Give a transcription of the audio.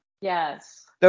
Yes